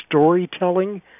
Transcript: storytelling